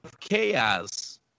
chaos